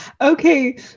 Okay